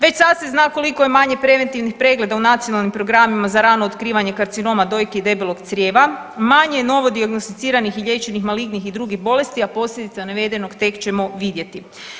Već sad se zna koliko je manje preventivnih pregleda u Nacionalnim programima za rano otkrivanje karcinoma dojki i debelog crijeva, manje je novodijagnosticiranih i liječenih malignih i drugih bolesti, a posljedice navedenog tek ćemo vidjeti.